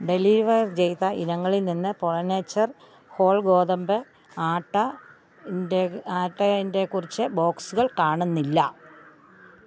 deliver ചെയ്ത ഇനങ്ങളിൽ നിന്ന് പ്രോ നേച്ചർ ഹോൾ ഗോതമ്പ് ആട്ടേന്റെ ആട്ടേൻ്റെ കുറച്ച് ബോക്സുകൾ കാണുന്നില്ല